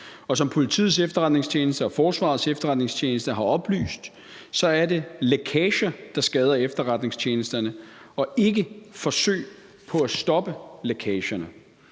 og som Politiets Efterretningstjeneste og Forsvarets Efterretningstjeneste har oplyst, er det lækager, der skader efterretningstjenesterne, og ikke forsøg på at stoppe lækagerne.